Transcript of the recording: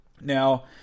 Now